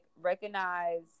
recognize